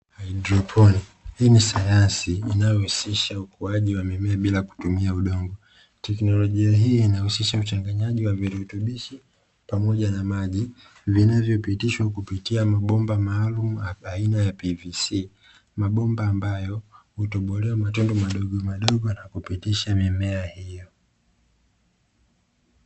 Haidroponi, hii ni sayansi inayohusisha ukuwaji wa mimea bila kutumia udongo. Teknolojia hii inahusisha uchanganyaji wa virutubishi pamoja na maji vinavyopitishwa kupitia mabomba maalumu aina ya "PVC", mabomba ambayo hutobolewa matundu madogomadogo na kupitisha mimea hiyo.